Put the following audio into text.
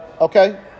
Okay